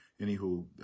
anywho